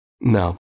No